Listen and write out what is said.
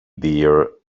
deer